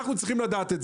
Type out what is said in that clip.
אנחנו צריכים לדעת,